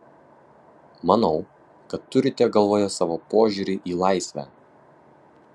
manau kad turite galvoje savo požiūrį į laisvę